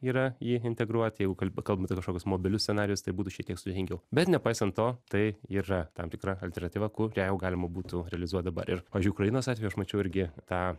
yra jį integruoti jeigu kalb kalbant apie kažkokius mobilius scenarijus tai būtų šiek tiek sudėtingiau bet nepaisant to tai yra tam tikra alternatyva kurią jau galima būtų realizuoti dabar ir pavyzdžiui ukrainos atveju aš mačiau irgi tą